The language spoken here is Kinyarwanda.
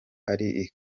ari